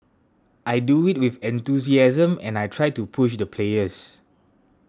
I do it with enthusiasm and I try to push the players